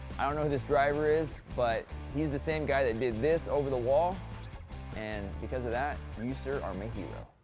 i don't know who this driver is but he's the same guy that did this over the wall and because of that you sir are my hero.